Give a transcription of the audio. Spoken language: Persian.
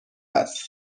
است